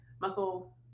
muscle